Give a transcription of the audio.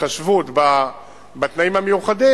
התחשבות בתנאים המיוחדים.